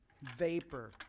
vapor